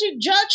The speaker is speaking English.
Judge